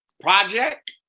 project